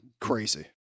crazy